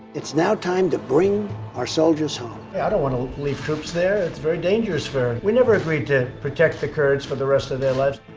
it's now time to bring our soldiers home. i don't want to leave troops there. it's very dangerous. we never agreed to protect the kurds for the rest of their lives.